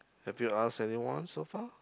have you ask anyone so far